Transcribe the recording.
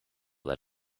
that